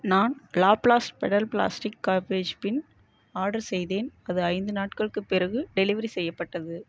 நான் லாப்ளாஸ்ட் pedal plastic garbage bin order செய்தேன் அது ஐந்து நாட்களுக்கு பிறகு டெலிவரி செய்யப்பட்டது